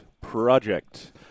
project